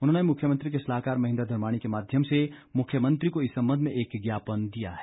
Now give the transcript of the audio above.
उन्होंने मुख्यमंत्री के सलाहकार महेन्द्र धर्माणी के माध्यम से मुख्यमंत्री को इस संबंध में एक ज्ञापन दिया है